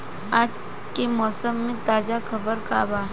आज के मौसम के ताजा खबर का बा?